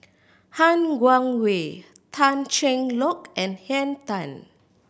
Han Guangwei Tan Cheng Lock and Henn Tan